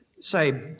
Say